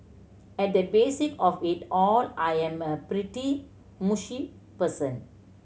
at the basic of it all I am a pretty mushy person